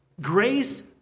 Grace